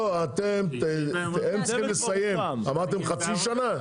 לא, הם צריכים לסיים אמרתם חצי שנה?